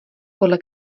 podle